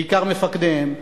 בעיקר מפקדיהם,